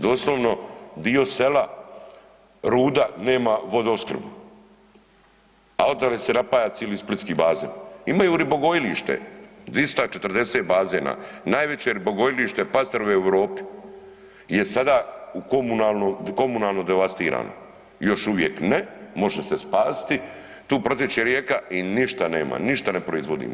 Doslovno dio sela Ruda nema vodoopskrbu, a otale se napaja cijeli splitski bazen, imaju ribogojilište 240 bazena, najveće ribogojilište pastrve u Europi je sada u, komunalno devastirano, još uvijek ne, može se spasiti, tu protječe rijeka i ništa nema, ništa ne proizvodimo.